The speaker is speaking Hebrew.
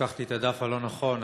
לקחתי את הדף הלא-נכון,